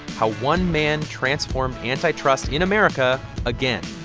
how one man transformed antitrust in america again.